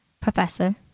Professor